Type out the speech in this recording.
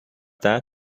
that